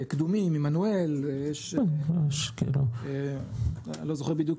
קדומים, עמנואל, אני לא זוכר בדיוק...